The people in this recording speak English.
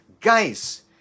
Guys